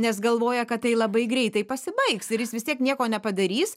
nes galvoja kad tai labai greitai pasibaigs ir jis vis tiek nieko nepadarys